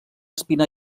espina